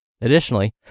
Additionally